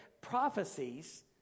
prophecies